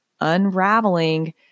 unraveling